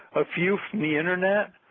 a few from the internet,